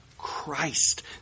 Christ